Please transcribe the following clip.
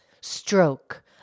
stroke